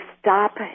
stop